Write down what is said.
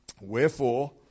Wherefore